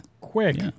Quick